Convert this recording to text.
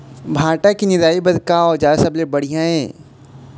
भांटा के निराई बर का औजार सबले बढ़िया ये?